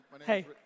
Hey